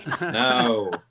No